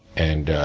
and,